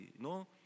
no